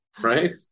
right